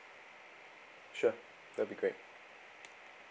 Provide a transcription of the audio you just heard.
sure that'll be great